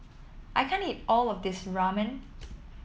I can't eat all of this Ramen